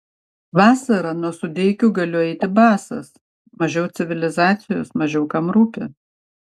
vasarą nuo sudeikių galiu eiti basas mažiau civilizacijos mažiau kam rūpi